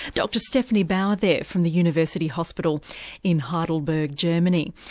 dr stephanie bauer there from the university hospital in heidelberg, germany.